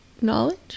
knowledge